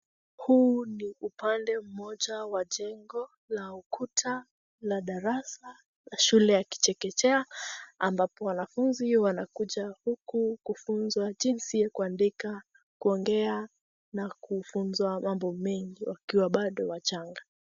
Huu ni upande mmoja wa jengo la ukuta la darasa la shule ya kichekechea ambapo wanafunzi wanakuja huku kufunzwa jinsi ya kuandika, kuongea na kufunzwa mambo mengi wakiwa bado wachanga.